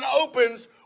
opens